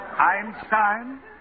Einstein